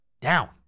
down